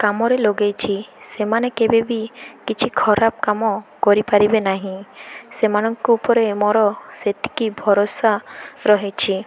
କାମରେ ଲଗାଇଛି ସେମାନେ କେବେ ବିି କିଛି ଖରାପ କାମ କରିପାରିବେ ନାହିଁ ସେମାନଙ୍କ ଉପରେ ମୋର ସେତିକି ଭରସା ରହିଛି